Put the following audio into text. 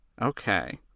Okay